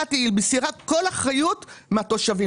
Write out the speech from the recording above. לאט היא מסירה כל אחריות על התושבים שלה.